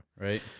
Right